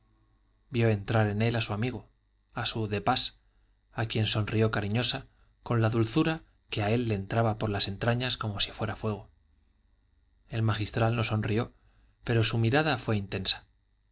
vio entrar en él a su amigo a su de pas a quien sonrió cariñosa con la dulzura que a él le entraba por las entrañas como si fuera fuego el magistral no sonrió pero su mirada fue intensa